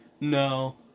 No